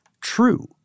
true